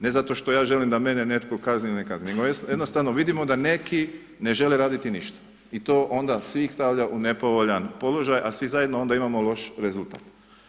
Ne zato što ja želim da mene netko kazni ili ne kazni nego jednostavno vidimo da neki ne žele raditi ništa i to onda svih stavlja u nepovoljan položaj, a svi zajedno onda imamo loš rezultat.